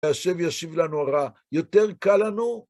והשם ישיב לנו הרע, יותר קל לנו